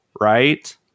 right